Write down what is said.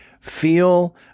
feel